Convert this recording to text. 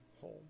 home